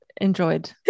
enjoyed